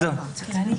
נגד?